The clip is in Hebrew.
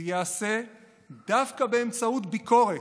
זה ייעשה דווקא באמצעות ביקורת,